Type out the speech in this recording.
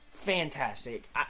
fantastic